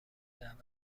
دعوت